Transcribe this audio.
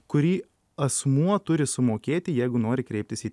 kurį asmuo turi sumokėti jeigu nori kreiptis į